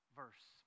verse